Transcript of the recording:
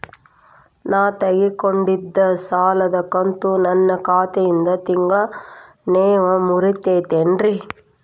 ನಾ ತೊಗೊಂಡಿದ್ದ ಸಾಲದ ಕಂತು ನನ್ನ ಖಾತೆಯಿಂದ ತಿಂಗಳಾ ನೇವ್ ಮುರೇತೇರೇನ್ರೇ?